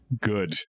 good